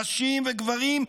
נשים וגברים,